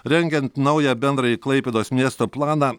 rengiant naują bendrąjį klaipėdos miesto planą